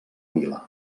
vila